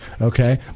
okay